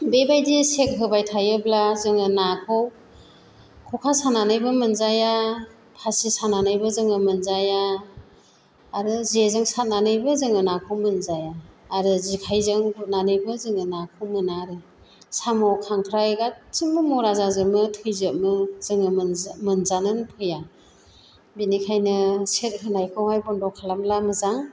बेबादि स'ख होबाय थायोब्ला जोंङो नाखौ खखा सानानैबो मोनजाया फासि सानानैबो जों मोनजाया आरो जेजों सारनानैबो जों नाखौ मोनजाया आरो जिखायजों गुरनानैबो जों नाखौ मोना आरो साम' खांख्राय गासिमबो मरा जाजोमो थैजोमो जों मोनजानोनो फैया बेनिखायनो स'ख होनायखौहाय बन्द खालामला मोजां